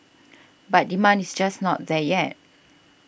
but demand is just not there yet